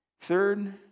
third